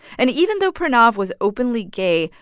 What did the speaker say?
and even though pranav was openly gay,